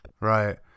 Right